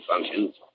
functions